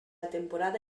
temporada